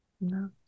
No